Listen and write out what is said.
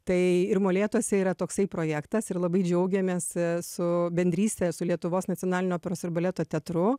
tai ir molėtuose yra toksai projektas ir labai džiaugiamės su bendryste su lietuvos nacionaliniu operos ir baleto teatru